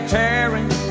tearing